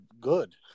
Good